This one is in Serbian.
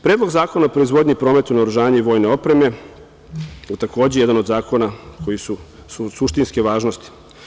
Predlog zakona o proizvodnji i prometu naoružanja i vojne opreme je takođe jedan od zakona koji su od suštinske važnosti.